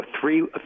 three